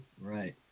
Right